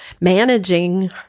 managing